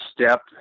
step